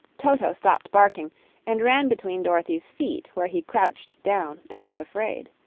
toto stopped barking and ran between dorothy's feet, where he crouched down as if afraid.